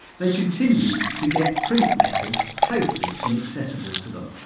they continued to get print letters totally inaccessible to them.